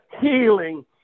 healing